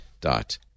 dot